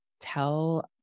tell